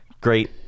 Great